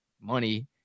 money